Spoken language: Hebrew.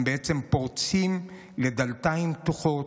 למעשה, אתם מתפרצים לדלתיים פתוחות.